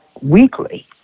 weekly